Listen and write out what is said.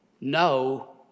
no